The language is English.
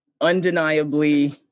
undeniably